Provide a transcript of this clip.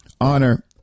Honor